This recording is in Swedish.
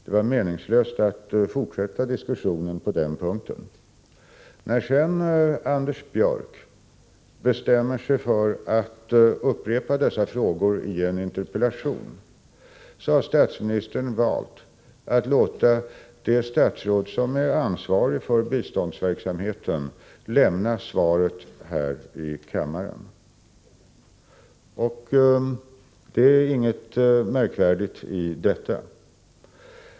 Det var meningslöst att fortsätta diskussionen på den punkten. När sedan Anders Björck bestämmer sig för att upprepa dessa frågor i en interpellation, har statsministern valt att låta det statsråd som är ansvarigt för biståndsverksamheten lämna svaret här i kammaren. Det är inget märkvärdigt i detta.